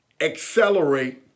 accelerate